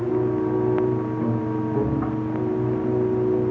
to